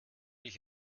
ich